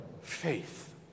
Faith